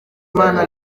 imana